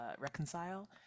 reconcile